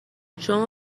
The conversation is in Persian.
شما